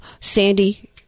Sandy